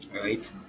right